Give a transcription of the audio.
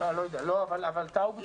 אבל טאוב הציגו יסודי.